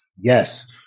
Yes